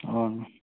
అవునా